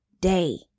day